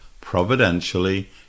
providentially